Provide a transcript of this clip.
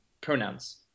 pronouns